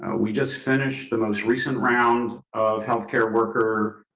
we just finished the most recent round of health care worker,